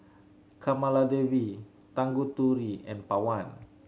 Kamaladevi Tanguturi and Pawan